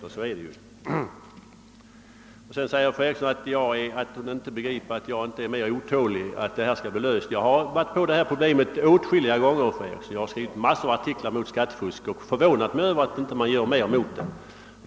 Fru Eriksson säger vidare att hon inte begriper varför jag inte är mera otålig när det gäller att lösa denna fråga. Jag har angripit detta problem åtskilliga gånger, fru Eriksson. Jag har skrivit mängder av artiklar om skattefusk, där jag förvånat mig över att man inte gör mera mot detta.